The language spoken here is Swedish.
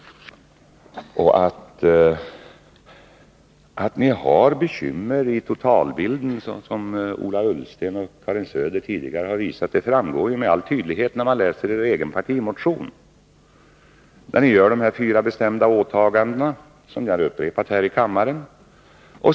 Att ni har bekymmer i totalbilden, som Ola Ullsten och Karin Söder tidigare har visat, framgår med all tydlighet när man läser er egen partimotion om den ekonomiska politiken. Där gör ni de fyra bestämda åtaganden som ni har upprepat här i kammaren.